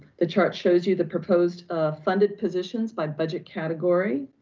the chart shows you the proposed funded positions by budget category.